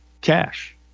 cash